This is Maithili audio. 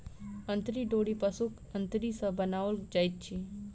अंतरी डोरी पशुक अंतरी सॅ बनाओल जाइत अछि